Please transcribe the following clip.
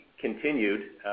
continued